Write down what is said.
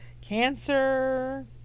cancer